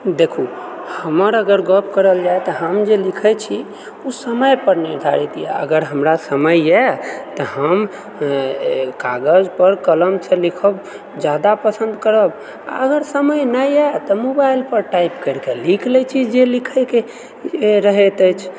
देखू हमर अगर गप करल जाय तऽ हम जे लिखैत छी ओ समय पर निर्धारित यऽ अगर हमरा समय यऽ तऽ हम कागज पर कलमसँ लिखब जादा पसन्द करब अगर समय नहि यऽ तऽ मोबाइल पर टाइप करि कऽ लिख लै छी जे लिखैके रहैत अछि